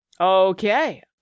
okay